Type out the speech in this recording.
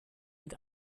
mit